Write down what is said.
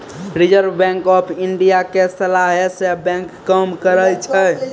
reserve Bank of India के सलाहे से बैंक काम करै छै